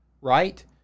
right